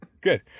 Good